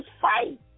fight